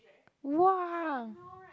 !wow!